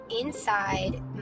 inside